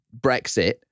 Brexit